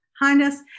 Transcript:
Highness